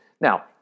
Now